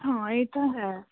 ਹਾਂ ਇਹ ਤਾਂ ਹੈ